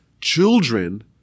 children